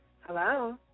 hello